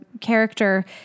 character